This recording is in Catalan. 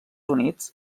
units